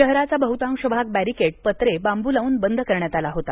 शहराचा बहुतांश भाग बॅरिकेड पत्रे बाबू लावून बंद करण्यात आला होता